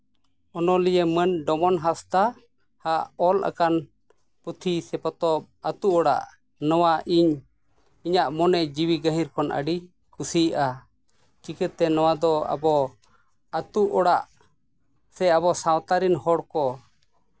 ᱚᱱᱚᱞᱤᱭᱟᱹ ᱢᱟᱹᱱ ᱰᱚᱢᱟᱱ ᱦᱟᱸᱥᱫᱟ ᱚᱞ ᱟᱠᱟᱱ ᱯᱩᱛᱷᱤ ᱥᱮ ᱯᱚᱛᱚᱵ ᱟᱹᱛᱩ ᱚᱲᱟᱜ ᱱᱚᱣᱟ ᱤᱧ ᱤᱧᱟᱹᱜ ᱢᱚᱱᱮ ᱡᱤᱣᱤ ᱜᱟᱹᱦᱤᱨ ᱠᱷᱚᱱ ᱟᱹᱰᱤ ᱠᱩᱥᱤᱭᱟᱜᱼᱟ ᱪᱤᱠᱟᱹᱛᱮ ᱱᱚᱣᱟ ᱫᱚ ᱟᱵᱚ ᱟᱹᱛᱩ ᱚᱲᱟᱜ ᱥᱮ ᱟᱵᱚ ᱥᱟᱶᱛᱟ ᱨᱮᱱ ᱦᱚᱲ ᱠᱚ